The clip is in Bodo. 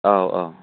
औ औ